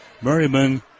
Merriman